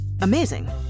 amazing